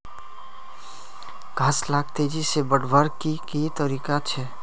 घास लाक तेजी से बढ़वार की की तरीका छे?